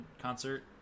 concert